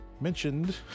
mentioned